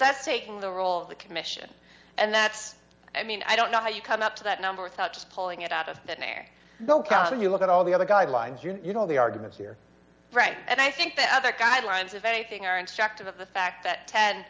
that's taking the role of the commission and that's i mean i don't know how you come up to that number without just pulling it out of thin air will come when you look at all the other guidelines you know all the arguments here right and i think the other guidelines of anything are instructive of the fact that ten